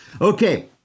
Okay